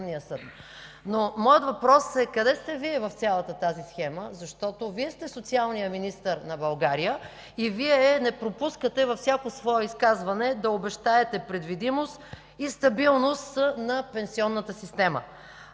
Но моят въпрос е: къде сте Вие в цялата тази схема, защото Вие сте социалният министър на България и Вие не пропускате във всяко свое изказване да обещаете предвидимост и стабилност на пенсионната система?